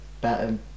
better